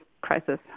crisis